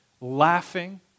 laughing